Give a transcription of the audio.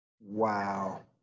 wow